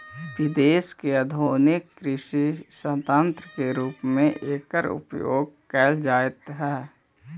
विदेश में आधुनिक कृषि सन्यन्त्र के रूप में एकर उपयोग कैल जाइत हई